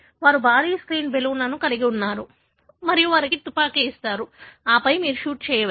వారు భారీ స్క్రీన్ బెలూన్లను కలిగి ఉన్నారు మరియు వారు మీకు తుపాకీని ఇస్తారు ఆపై మీరు షూట్ చేయవచ్చు